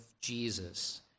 Jesus